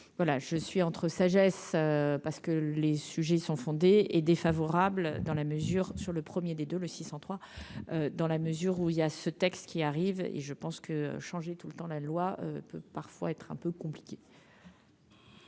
je suis entre sagesse pas. Que les sujets sont fondées et défavorable dans la mesure sur le premier des deux le 603 dans la mesure où il y a ce texte qui arrive et je pense que changer tout le temps la loi peut parfois être un peu compliqué.